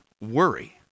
worry